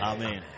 Amen